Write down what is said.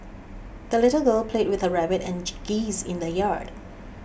the little girl played with her rabbit and geese in the yard